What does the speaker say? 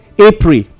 April